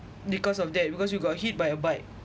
because of that because you got hit by a bike